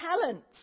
talents